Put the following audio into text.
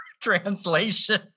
translation